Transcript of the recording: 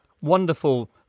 wonderful